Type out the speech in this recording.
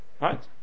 right